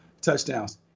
touchdowns